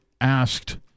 asked